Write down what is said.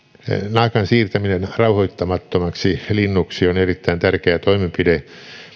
naakan siirtäminen rauhoittamattomaksi linnuksi on erittäin tärkeä toimenpide